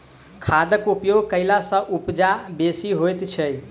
खादक उपयोग कयला सॅ उपजा बेसी होइत छै